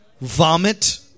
vomit